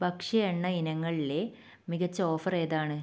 ഭക്ഷ്യ എണ്ണ ഇനങ്ങളിലെ മികച്ച ഓഫർ ഏതാണ്